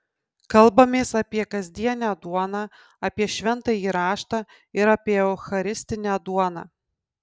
kalbamės apie kasdienę duoną apie šventąjį raštą ir apie eucharistinę duoną